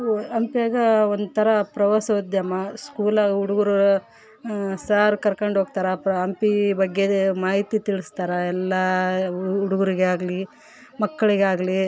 ಹಂಪಿಯಾಗೆ ಒಂಥರ ಪ್ರವಾಸ ಉದ್ಯಮ ಸ್ಕೂಲಾಗೆ ಹುಡುಗರು ಸಾರ್ ಕರ್ಕೊಂಡ್ ಹೋಗ್ತಾರಪ್ಪ ಹಂಪಿ ಬಗ್ಗೆದೆ ಮಾಹಿತಿ ತಿಳಿಸ್ತಾರೆ ಎಲ್ಲ ಹುಡುಗರಿಗೆ ಆಗಲಿ ಮಕ್ಕಳಿಗೆ ಆಗಲಿ